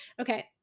okay